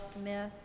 Smith